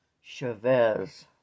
Chavez